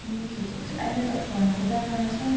नै खिचेको छ अहिले त फोनको जमाना छ